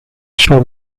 sua